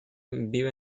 vive